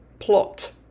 Plot